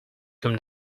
whom